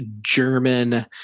German